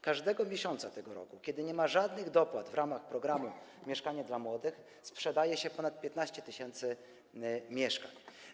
Każdego miesiąca tego roku, kiedy nie ma żadnych dopłat w ramach programu „Mieszkanie dla młodych”, sprzedaje się ponad 15 tys. mieszkań.